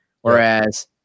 Whereas